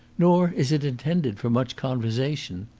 nor is it intended for much conversation.